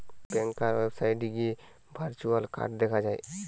ব্যাংকার ওয়েবসাইটে গিয়ে virtual card দেখা যায়